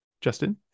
Justin